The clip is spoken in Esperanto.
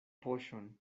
poŝon